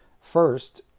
First